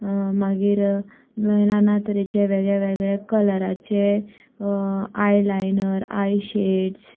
मागीर ना ना तरेचे वेगळेवेगळे कलराचे आयलाइनर आयशैड्स